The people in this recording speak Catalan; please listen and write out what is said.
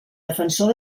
defensor